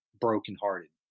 brokenhearted